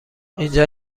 اینجا